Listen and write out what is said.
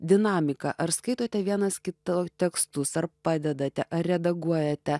dinamika ar skaitote vienas kito tekstus ar padedate ar redaguojate